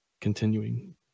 continuing